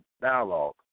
dialogue